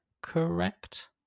correct